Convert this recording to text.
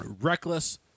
Reckless